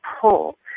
pull